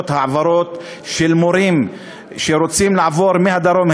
העברה של מורים שרוצים לעבור מהדרום.